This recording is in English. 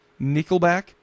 Nickelback